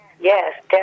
Yes